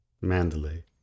Mandalay